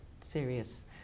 serious